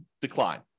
decline